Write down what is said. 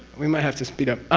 we might have to speed up, ah.